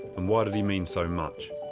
um why did he mean so much?